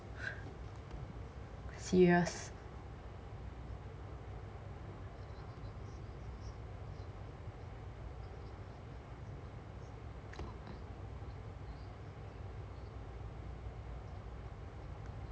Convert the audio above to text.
serious